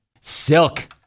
Silk